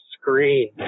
screen